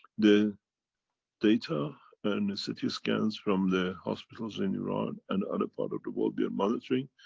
the data and the city scans from the hospitals in iran and other part of the world, we are monitoring,